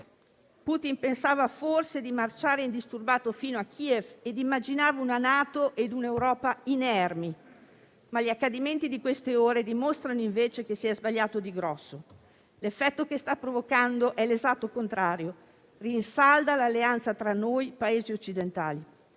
Putin pensava forse di marciare indisturbato fino a Kiev e immaginava una NATO ed un'Europa inermi, ma gli accadimenti delle ultime ore dimostrano invece che si è sbagliato di grosso. L'effetto che sta provocando è l'esatto contrario: rinsalda l'alleanza tra noi Paesi occidentali.